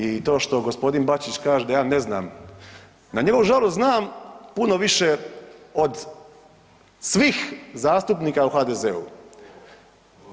I to što g. Bačić kaže da ja ne znam, na njegovu žalost znam puno više od svih zastupnika u HDZ-u.